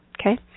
okay